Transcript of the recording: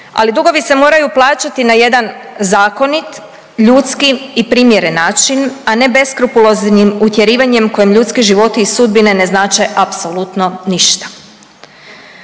Ali, dugovi se moraju plaćati na jedan zakonit, ljudski i primjeren način, a ne beskrupuloznim utjerivanjem kojim ljudski životi i sudbine ne znače apsolutno ništa.